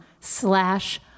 slash